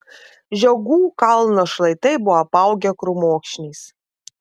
žiogų kalno šlaitai buvo apaugę krūmokšniais